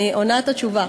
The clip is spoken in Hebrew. אני עונה את התשובה.